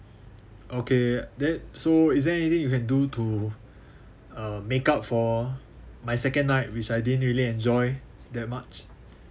okay then so is there anything you can do to uh make up for my second night which I didn't really enjoy that much